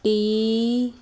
T